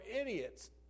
idiots